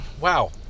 Wow